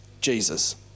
Jesus